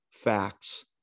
facts